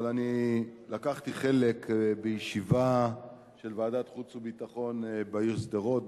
אבל לקחתי חלק בישיבה של ועדת חוץ וביטחון בעיר שדרות,